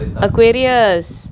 aquarius